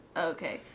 Okay